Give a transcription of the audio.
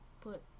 put